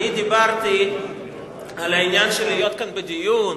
אני דיברתי על העניין של להיות כאן בדיון.